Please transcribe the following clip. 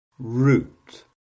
Root